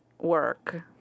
work